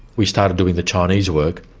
we started doing the chinese work,